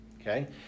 Okay